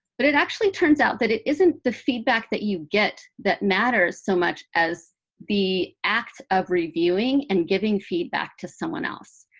but it actually turns out that it isn't the feedback that you get that matters so much as the act of reviewing and giving feedback to someone else.